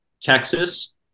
Texas